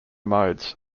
modes